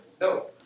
No